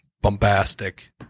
bombastic